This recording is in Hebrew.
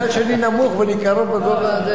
עדיין לא התרגלנו.